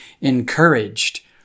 encouraged